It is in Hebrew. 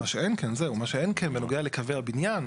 מה שאין כאן, בנוגע לקווי הבניין.